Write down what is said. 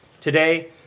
today